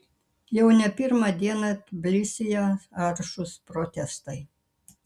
jau ne pirmą dieną tbilisyje aršūs protestai